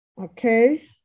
Okay